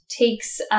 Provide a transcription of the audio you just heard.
takes